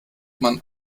man